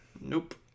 Nope